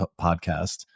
podcast